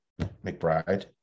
McBride